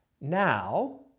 Now